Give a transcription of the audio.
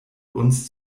uns